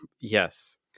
Yes